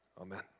amen